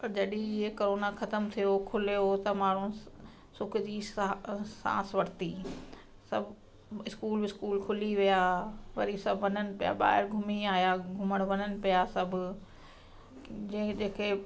जॾहिं ईअं करोना ख़तमु थियो खुलियो त माण्हू सुख जी सा सांस वरिती सभु इस्कूल विस्कूल खुली विया वरी सभु वञनि पिया ॿाहिरि घुमी आया घुमणु वञणु पिया सभु जे जेके